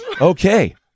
Okay